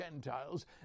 Gentiles